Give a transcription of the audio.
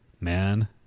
man